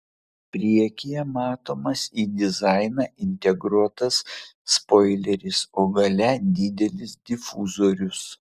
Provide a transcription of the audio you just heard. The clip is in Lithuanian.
priekyje matomas į dizainą integruotas spoileris o gale didelis difuzorius